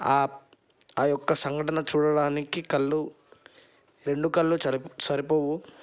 ఆ యొక్క సంఘటన చూడటానికి కళ్ళు రెండు కళ్ళు సరిపోవు